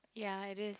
ya it is